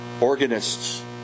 organists